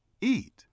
eat